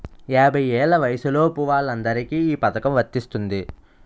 యాభై ఏళ్ల వయసులోపు వాళ్ళందరికీ ఈ పథకం వర్తిస్తుంది